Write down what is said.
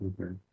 Okay